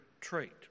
trait